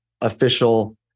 official